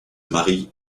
marient